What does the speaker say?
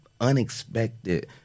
unexpected